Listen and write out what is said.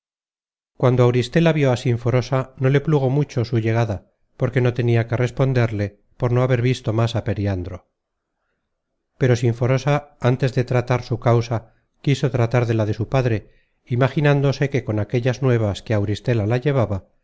cuando auristela vió á sinforosa no le plugo mucho su llegada porque no tenia qué responderle por no haber visto más á periandro pero sinforosa antes de tratar de su causa quiso tratar de la de su padre imaginándose que con aque llas nuevas que á auristela la llevaba